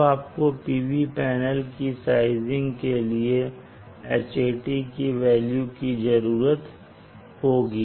अब आपको PV panel की साइजिंग के लिए Hat वैल्यू की जरूरत होगी